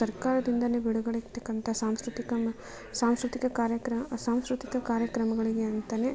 ಸರ್ಕಾರದಿಂದನೇ ಬಿಡುಗಡೆ ಆಗತಕ್ಕಂಥ ಸಾಂಸ್ಕೃತಿಕ ಸಾಂಸ್ಕೃತಿಕ ಕಾರ್ಯಕ್ರಮ ಸಾಂಸ್ಕೃತಿಕ ಕಾರ್ಯಕ್ರಮಗಳಿಗೆ ಅಂತಾನೇ